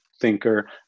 thinker